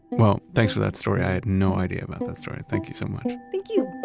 well, thanks for that story. i had no idea about that story. and thank you so much thank you we